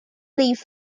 leave